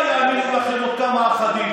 שמא רק, אולי יעניק לכם עוד כמה אחדים.